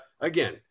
again